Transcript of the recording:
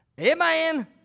Amen